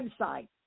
website